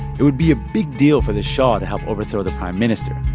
it would be a big deal for the shah to help overthrow the prime minister.